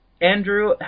Andrew